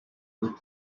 with